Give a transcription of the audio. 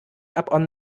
upon